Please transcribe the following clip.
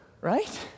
Right